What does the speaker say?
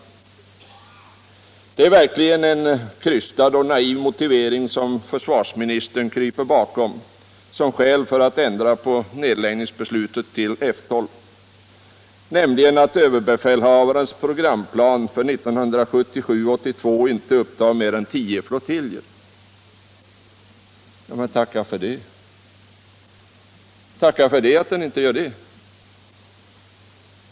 9” Det är verkligen en krystad och naiv motivering som försvarsministern nu kryper bakom som skäl för att inte ändra på nedläggningsbeslutet för F 12, nämligen att överbefälhavarens programplan för 1977-1982 inte upptar mer än 10 flottiljer. Ja, men tacka för att den inte gör det!